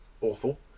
awful